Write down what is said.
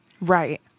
Right